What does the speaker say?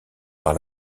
par